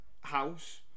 house